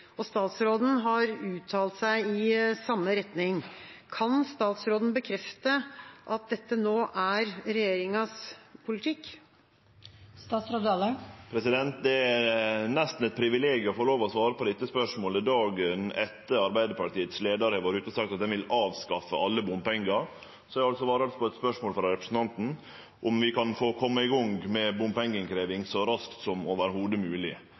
Statsråden har uttalt seg i samme retning. Kan statsråden bekrefte at dette nå er regjeringens politikk?» Det er nesten eit privilegium å få lov til å svare på dette spørsmålet dagen etter at Arbeidarpartiets leiar har vore ute og sagt at ein vil avskaffe alle bompengar – då skal eg altså få svare på eit spørsmål frå representanten om ein kan få kome i gang med å krevje inn bompengar så raskt som